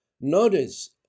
Notice